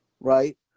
right